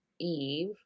Eve